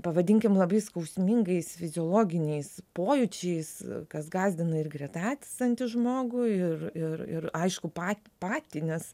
pavadinkim labai skausmingais fiziologiniais pojūčiais kas gąsdina ir greta esantį žmogų ir ir ir aišku patį patį nes